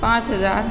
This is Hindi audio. पाँच हज़ार